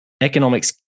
economics